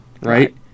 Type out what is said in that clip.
right